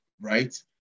right